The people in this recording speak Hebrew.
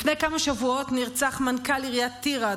לפני כמה שבועות נרצח מנכ"ל עיריית טירה,